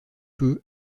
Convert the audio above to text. peu